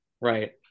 right